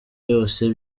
yose